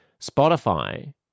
Spotify